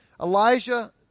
Elijah